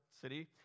city